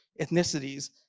ethnicities